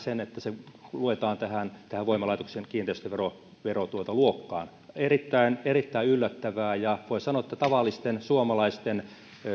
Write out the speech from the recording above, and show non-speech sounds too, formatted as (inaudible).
(unintelligible) sen myötä että se luetaan tähän tähän voimalaitoksen kiinteistöveroluokkaan erittäin erittäin yllättävää ja voisi sanoa tavallisten suomalaisten